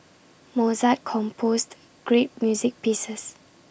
Mozart composed great music pieces